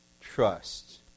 trust